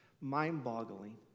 mind-boggling